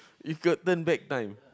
if could turn back time